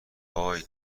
وای